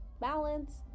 balance